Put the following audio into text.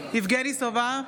יבגני סובה,